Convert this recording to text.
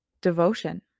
devotion